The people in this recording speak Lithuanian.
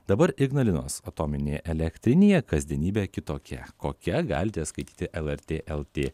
dabar ignalinos atominėje elektrinėje kasdienybė kitokia kokia galite skaityti lrt lt